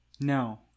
no